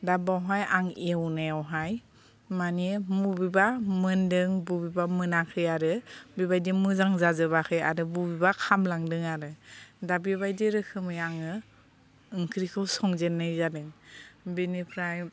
दा बावहाय आं एवनायावहाय मानि मबेबा मोनदों बबेबा मोनाखै आरो बेबायदि मोजां जाजोबाखै आरो बबेबा खामलांदों आरो दा बेबायदि रोखोमै आङो ओंख्रिखौ संजेननाय जादों बेनिफ्राय